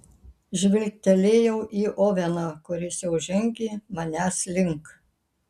žvilgtelėjau į oveną kuris jau žengė manęs link